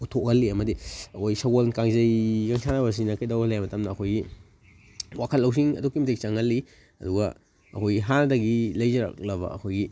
ꯎꯊꯣꯛꯍꯜꯂꯤ ꯑꯃꯗꯤ ꯑꯩꯈꯣꯏꯒꯤ ꯁꯒꯣꯜ ꯀꯥꯡꯖꯩ ꯁꯥꯟꯅꯕꯁꯤꯅ ꯀꯩꯗꯧꯍꯜꯂꯤ ꯍꯥꯏꯕ ꯃꯇꯝꯗ ꯑꯩꯈꯣꯏꯒꯤ ꯋꯥꯈꯜ ꯂꯧꯁꯤꯡ ꯑꯗꯨꯛꯀꯤ ꯃꯇꯤꯛ ꯆꯪꯍꯜꯂꯤ ꯑꯗꯨꯒ ꯑꯩꯈꯣꯏꯒꯤ ꯍꯥꯟꯅꯗꯒꯤ ꯂꯩꯖꯔꯛꯂꯕ ꯑꯩꯈꯣꯏꯒꯤ